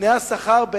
תנאי השכר שלו,